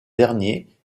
dernier